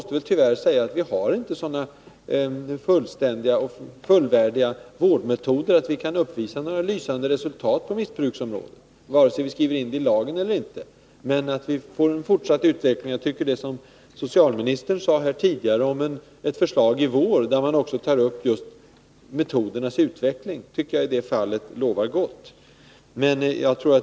Tyvärr har vi inte ännu så fullvärdiga vårdmetoder på missbruksområdet att vi, vare sig vi skriver in det i lagen eller inte, kan uppvisa några lysande resultat. Jag tycker att det som socialministern sade här tidigare om ett förslag i vår, där man också tar upp metodernas utveckling, lovar gott.